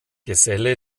geselle